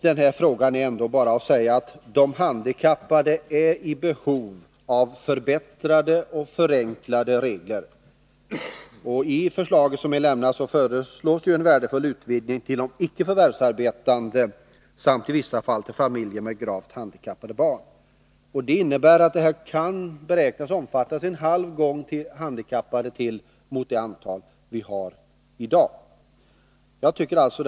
De handikappade är i behov av förbättrade och förenklade regler. I det förslag som har avlämnats föreslås en värdefull utvidgning till de ickeförvärvsarbetande samt i vissa fall till familjer med gravt handikappade barn. Det innebär att detta nya stöd kan beräknas omfatta en halv gång handikappade till i jämförelse med antalet i dag.